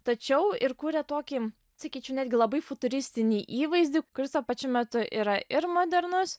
tačiau ir kuria tokį sakyčiau netgi labai futuristinį įvaizdį kuris tuo pačiu metu yra ir modernus